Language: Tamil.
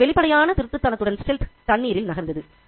அதன் வெளிப்படையான திருட்டுத்தனத்துடன் தண்ணீரில் நகர்ந்தது